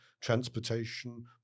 transportation